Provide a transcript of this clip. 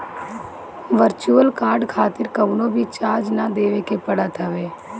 virtual card खातिर कवनो भी चार्ज ना देवे के पड़त हवे